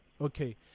okay